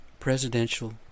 presidential